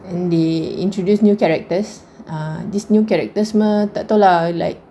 and they introduced new characters err this new characters semua tak tahu lah like